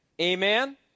Amen